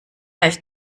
ist